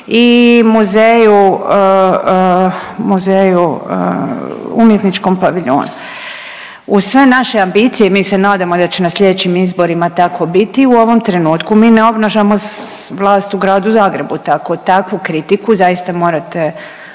muzeju, Umjetničkom paviljonu. Uz sve naše ambicije i mi se nadamo da će na slijedećim izborima tako biti, u ovom trenutku mi ne obnašamo vlast u Gradu Zagrebu tako, takvu kritiku zaista morate